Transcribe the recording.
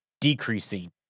decreasing